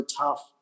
tough